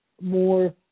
more